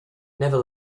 never